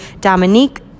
Dominique